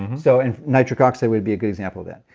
so and nitric oxide would be a good example of that.